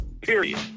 period